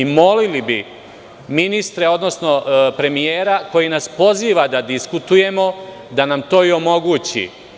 Molili bi ministre, odnosno premijera, koji nas poziva da diskutujemo, da nam to i omogući.